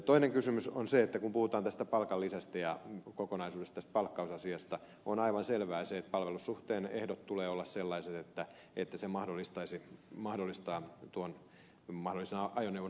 toinen kysymys on se että kun puhutaan tästä palkanlisästä ja kokonaisuudesta tästä palkkausasiasta on aivan selvää se että palvelussuhteen ehtojen tulee olla sellaiset että ne mahdollistavat tuon mahdollisen ajoneuvon hankkimisen